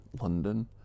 London